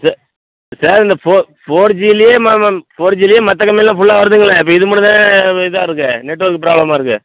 sir sir இந்த four ஃபோர்ஜிலேயே ஃபோர்ஜிலேயே மற்ற கம்பனியெலாம் ஃபுல்லா வருதுங்களே இப்போ இது மட்டுந்தான் இதா இருக்குது நெட்வொர்க் ப்ராப்ளமாக இருக்குது